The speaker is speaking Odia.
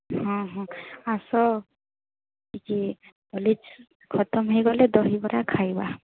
ହଁ ହଁ ଆସ ଟିକେ କଲେଜ୍ ଖତମ୍ ହୋଇଗଲେ ଦହିବରା ଖାଇବା